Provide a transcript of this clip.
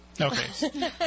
Okay